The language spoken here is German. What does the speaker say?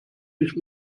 nicht